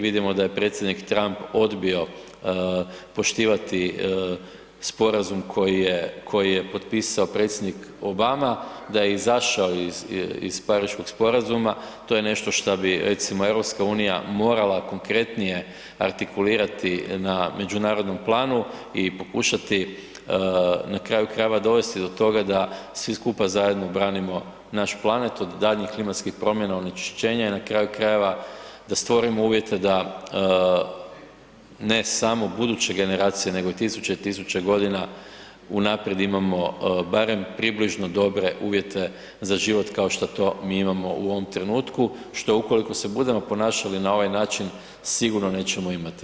Vidimo da je predsjednik Trump odbio poštivati sporazum koji je, koji je potpisao predsjednik Obama, da je izašao iz, iz Pariškog sporazuma, to je nešto šta bi recimo EU morala konkretnije artikulirati na međunarodnom planu i pokušati na kraju krajeva dovesti do toga da svi skupa zajedno branimo naš planet od daljnjih klimatskih promjena onečišćenja i na kraju krajeva stvorimo uvjete da ne samo buduće generacije nego i tisuće i tisuće godina unaprijed imamo barem približno dobre uvjete za život kao šta to mi imamo u ovom trenutku, što ukoliko se budemo ponašali na ovaj način, sigurno nećemo imati.